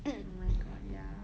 oh my god ya